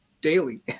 daily